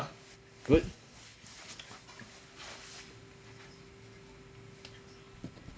good